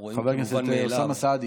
רואים כמובנים מאליהם, חבר הכנסת אוסאמה סעדי.